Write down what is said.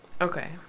Okay